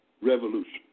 revolution